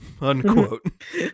Unquote